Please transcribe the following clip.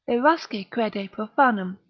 irasci crede profanum.